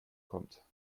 kommt